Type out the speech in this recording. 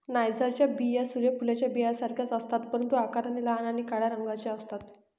नायजरच्या बिया सूर्य फुलाच्या बियांसारख्याच असतात, परंतु आकाराने लहान आणि काळ्या रंगाच्या असतात